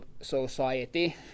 society